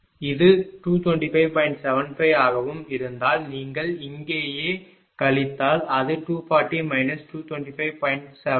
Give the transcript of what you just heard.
75 ஆகவும் இருந்தால் நீங்கள் இங்கேயே கழித்தால் அது 240